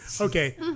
Okay